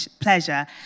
pleasure